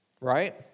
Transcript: right